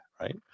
right